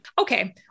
Okay